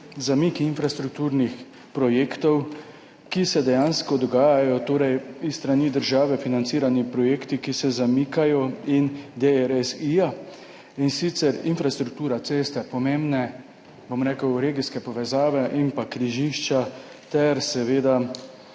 zamikov infrastrukturnih projektov, ki se dejansko dogajajo, torej s strani države in DRSI financirani projekti, ki se zamikajo, in sicer infrastruktura, ceste, pomembne regijske povezave in pa križišča ter seveda